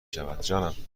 شود